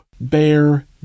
bear